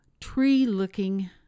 tree-looking